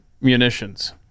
munitions